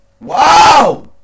wow